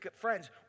friends